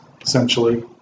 Essentially